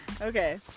Okay